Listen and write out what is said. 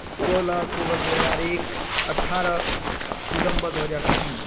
सोलह अक्टूबर दू हजार एक अठ्ठारह दिसंबर दू हजार तीन